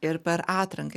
ir per atranką